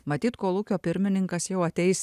matyt kolūkio pirmininkas jau ateis